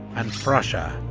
and prussia,